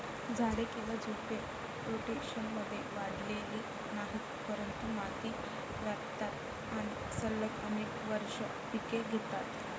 झाडे किंवा झुडपे, रोटेशनमध्ये वाढलेली नाहीत, परंतु माती व्यापतात आणि सलग अनेक वर्षे पिके घेतात